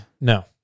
No